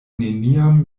neniam